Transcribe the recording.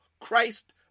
Christ